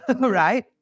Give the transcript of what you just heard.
Right